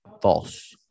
False